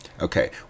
Okay